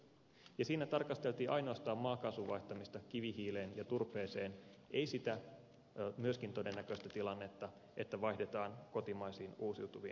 ja siinä tarkasteltiin ainoastaan maakaasun vaihtamista kivihiileen ja turpeeseen ei sitä myöskin todennäköistä tilannetta että vaihdetaan kotimaisiin uusiutuviin energialähteisiin